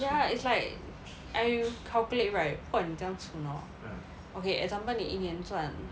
ya it's like I you calculate right 不管你怎样存 orh okay example 你一年赚